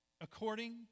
according